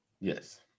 Yes